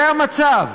זה המצב.